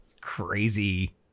crazy